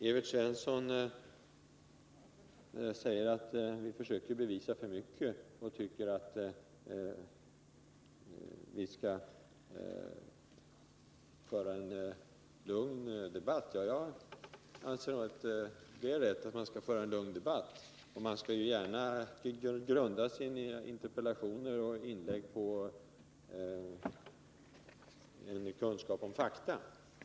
Evert Svensson säger att vi försöker bevisa för mycket och tycker att vi skall föra en lugn debatt. Det är riktigt att man skall föra en lugn debatt. Och man skall gärna grunda interpellationer och inlägg på kunskaper och fakta.